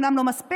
אומנם לא מספיק,